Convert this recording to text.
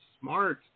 smart